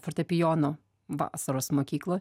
fortepijono vasaros mokykloj